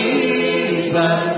Jesus